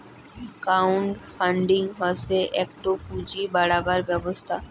crowd funding হসে একটো পুঁজি বাড়াবার ব্যবস্থা